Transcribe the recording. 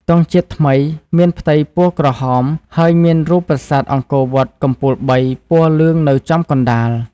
ទង់ជាតិថ្មីមានផ្ទៃពណ៌ក្រហមហើយមានរូបប្រាសាទអង្គរវត្តកំពូលបីពណ៌លឿងនៅចំកណ្តាល ។